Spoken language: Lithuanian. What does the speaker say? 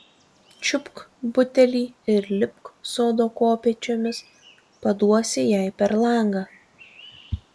čiupk butelį ir lipk sodo kopėčiomis paduosi jai per langą